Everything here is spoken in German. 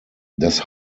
das